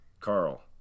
Carl